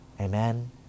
Amen